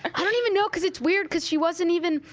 i don't even know cause it's weird cause she wasn't even.